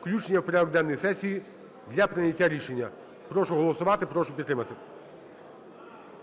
Включення в порядок денний сесії для прийняття рішення. Прошу голосувати. Прошу підтримати.